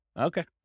Okay